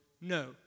no